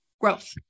growth